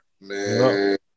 Man